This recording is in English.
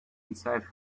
inside